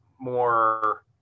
more